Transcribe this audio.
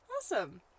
Awesome